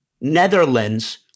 Netherlands